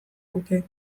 luke